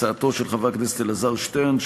הצעתו של חבר הכנסת אלעזר שטרן,